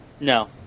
No